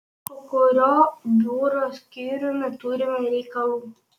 su kuriuo biuro skyriumi turime reikalų